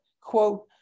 quote